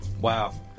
Wow